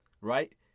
right